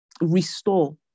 restore